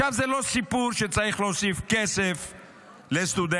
זה לא סיפור שצריך להוסיף כסף לסטודנטים,